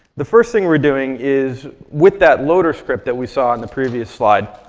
the first thing we're doing is with that loader script that we saw on the previous slide,